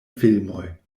filmoj